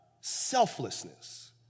selflessness